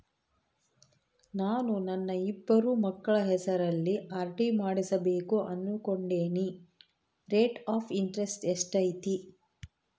ನಾನು ನನ್ನ ಇಬ್ಬರು ಮಕ್ಕಳ ಹೆಸರಲ್ಲಿ ಆರ್.ಡಿ ಮಾಡಿಸಬೇಕು ಅನುಕೊಂಡಿನಿ ರೇಟ್ ಆಫ್ ಇಂಟರೆಸ್ಟ್ ಎಷ್ಟೈತಿ?